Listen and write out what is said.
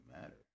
matter